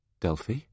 Delphi